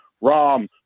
ROM